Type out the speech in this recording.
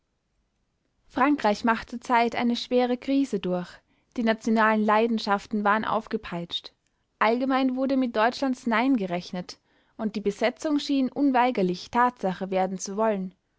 frankreich macht zurzeit eine schwere krise durch die nationalen leidenschaften waren aufgepeitscht allgemein wurde mit deutschlands nein gerechnet und die besetzung schien unweigerlich tatsache werden zu wollen